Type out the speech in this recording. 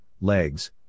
legs